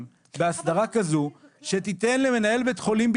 בהסדרה כזו שתיתן למנהל בית החולים,